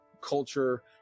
culture